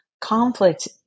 conflict